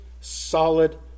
solid